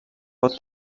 pot